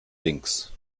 links